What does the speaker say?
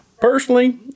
Personally